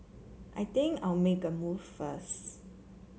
I think I'll make a move first